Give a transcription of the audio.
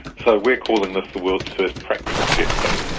so we are calling this the world's first practical jet pack.